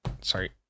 Sorry